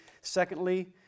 Secondly